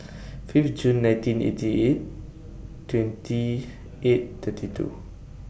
five June nineteen eighty eight twenty eight thirty two